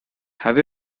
have